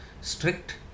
strict